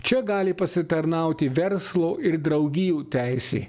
čia gali pasitarnauti verslo ir draugijų teisė